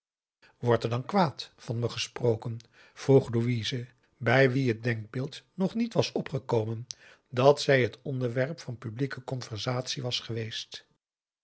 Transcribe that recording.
wordt er dan kwaad van me gesproken vroeg louise bij wie het denkbeeld nog niet was opgekomen dat zij het onderwerp van publieke conversaties was geweest